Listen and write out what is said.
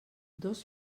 dos